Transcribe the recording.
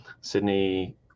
Sydney